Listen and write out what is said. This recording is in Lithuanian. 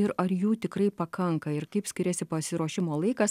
ir ar jų tikrai pakanka ir kaip skiriasi pasiruošimo laikas